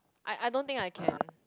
I I don't think I can